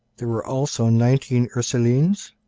there were also nineteen ursulines,